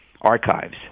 archives